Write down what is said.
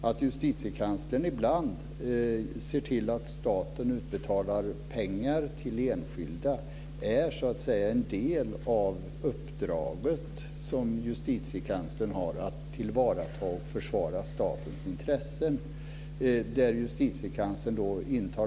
Att Justitiekanslern ibland ser till att staten utbetalar pengar till enskilda är en del av Justitiekanslerns uppdrag att tillvarata och försvara statens intressen.